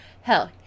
Hell